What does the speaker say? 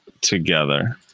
together